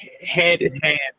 hand-in-hand